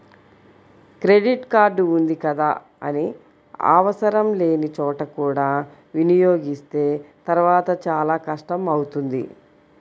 credit card ఉంది కదా అని ఆవసరం లేని చోట కూడా వినియోగిస్తే తర్వాత చాలా కష్టం అవుతుంది